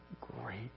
great